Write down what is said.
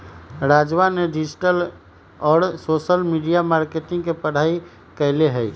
राजवा ने डिजिटल और सोशल मीडिया मार्केटिंग के पढ़ाई कईले है